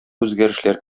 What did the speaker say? үзгәрешләр